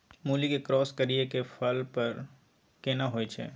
मूली के क्रॉस करिये के फल बर केना होय छै?